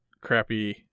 crappy